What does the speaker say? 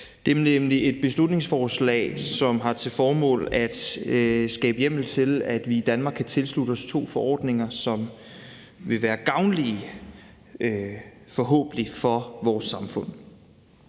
Det er nemlig et beslutningsforslag, som har til formål at skabe hjemmel til, at vi i Danmark kan tilslutte os to forordninger, som vil være gavnlige – forhåbentlig – for vores samfund.